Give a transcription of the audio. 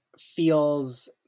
feels